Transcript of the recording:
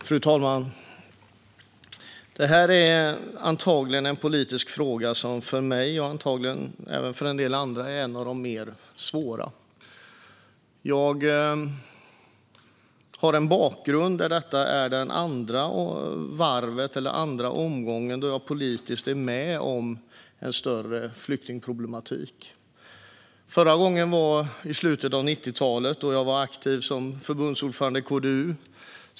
Fru talman! Det här är en av de svåraste politiska frågorna för mig och antagligen en del andra. Detta är den andra omgången som jag politiskt är med om en större flyktingproblematik. Förra gången var i slutet av 90-talet då jag var aktiv som förbundsordförande i KDU.